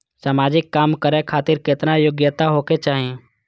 समाजिक काम करें खातिर केतना योग्यता होके चाही?